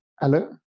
Hello